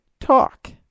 talk